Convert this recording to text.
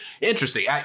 interesting